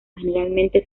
generalmente